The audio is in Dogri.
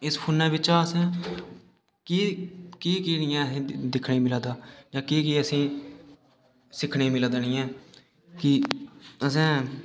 इस फोनै बिच्चा अस्स केह् केह् केह् नि ऐ असेंगी दिक्खने ई मिलै दा जां केह् केह् असेंगी सिक्खने गी मिला दा नि ऐ कि असें